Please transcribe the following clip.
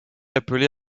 appelé